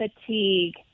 fatigue